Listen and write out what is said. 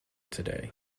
today